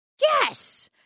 Yes